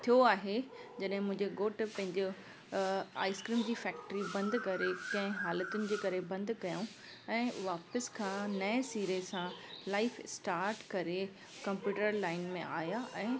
थियो आहे जॾहिं मुंहिंजे घोटु पंहिंजो आइसक्रीम जी फैक्ट्री बंदि करे कंहिं हालतुनि जे करे बंदि कयऊं ऐं वापिसि खां नए सिरे सां लाइफ स्टार्ट करे कंप्यूटर लाइन में आया ऐं